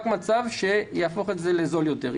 רק מצב שיהפוך את זה לזול יותר.